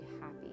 happy